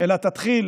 אלא תתחיל